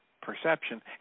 perception